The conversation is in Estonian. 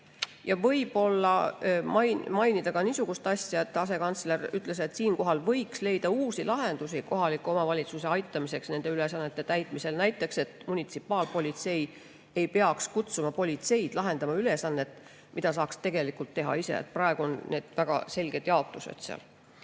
Ja võib-olla mainin ka niisugust asja, et asekantsler ütles, et võiks leida uusi lahendusi kohaliku omavalitsuse aitamiseks nende ülesannete täitmisel. Näiteks et munitsipaalpolitsei ei peaks kutsuma politseid lahendama ülesannet, mille ta saaks ise lahendada. Praegu on seal väga selged jaotused.